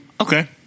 Okay